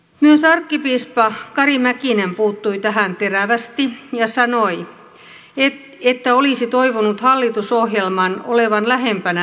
myös arkkipiispa kari mäkinen puuttui tähän terävästi ja sanoi että olisi toivonut hallitusohjelman olevan lähempänä leipäjonoja